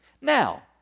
Now